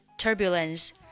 turbulence